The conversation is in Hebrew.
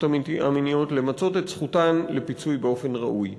המיניות למצות את זכותן לפיצוי באופן ראוי.